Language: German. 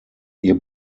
ihr